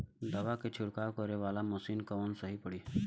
दवा के छिड़काव करे वाला मशीन कवन सही पड़ी?